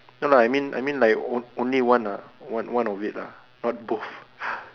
no lah I mean I mean like o~ only one lah one of it lah not both